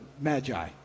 Magi